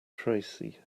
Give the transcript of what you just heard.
tracy